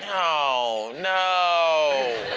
oh, no.